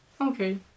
Okay